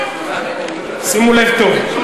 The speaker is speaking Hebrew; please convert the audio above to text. שימו לב טוב,